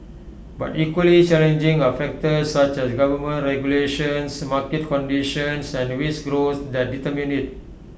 but equally challenging are factors such as government regulations market conditions and wage growth that determine IT